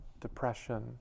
depression